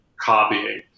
copying